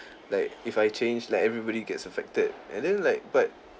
like if I change like everybody gets affected and then like but